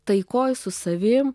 taikoje su savimi